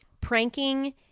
pranking